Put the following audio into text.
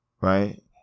right